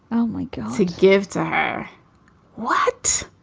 i don't like to give to her what?